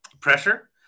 pressure